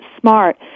smart